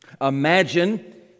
Imagine